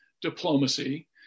diplomacy